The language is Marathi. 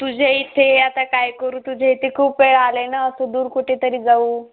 तुझ्या इथे आता काय करू तुझ्या इथे खूप वेळा आलेय ना असं दूर कुठे तरी जाऊ